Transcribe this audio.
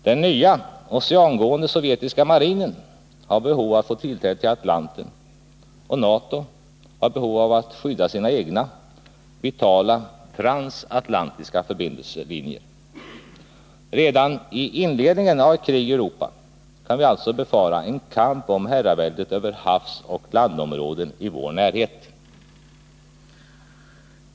Den nya, oceangående sovjetiska marinen har behov av att få tillträde till Atlanten, och NATO har behov av att skydda sina egna, vitala transatlantiska förbindelselinjer. Redan i inledningen av ett krig i Europa kan vi alltså befara en kamp om herraväldet över havsoch landområden i vår närhet.